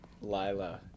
Lila